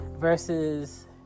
versus